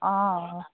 অঁ